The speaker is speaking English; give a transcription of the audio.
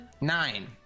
Nine